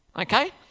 okay